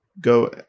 go